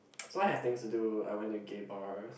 so I had things to do I went to gay bars